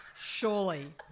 Surely